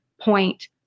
point